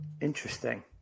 Interesting